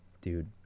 dude